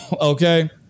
okay